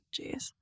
Jeez